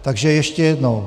Takže ještě jednou.